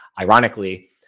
ironically